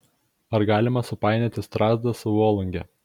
ar galima supainioti strazdą su volunge